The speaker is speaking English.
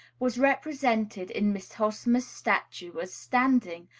was represented in miss hosmer's statue as standing,